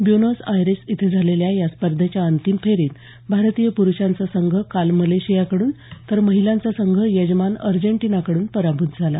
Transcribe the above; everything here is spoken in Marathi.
ब्यूनोस आयर्स इथे झालेल्या या स्पर्धेच्या अंतिम फेरीत भारतीय प्रुषांचा संघ काल मलेशियाकडून तर महिलांचा संघ यजमान अर्जेंटिनाकडून पराभूत झाला